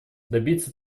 добиться